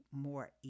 more